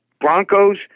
Broncos